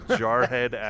jarhead